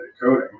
coding